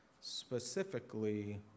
specifically